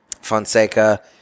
Fonseca